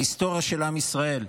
ההיסטוריה של עם ישראל: